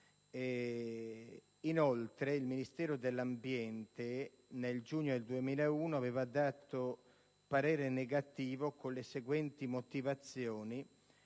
Inoltre, il Ministero dell'ambiente nel giugno del 2001 aveva dato parere negativo in considerazione